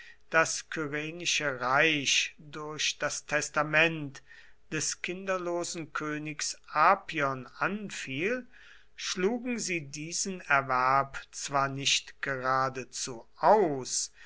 das kyrenische reich durch das testament des kinderlosen königs apion anfiel schlugen sie diesen erwerb zwar nicht geradezu aus